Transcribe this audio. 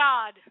God